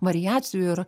variacijų ir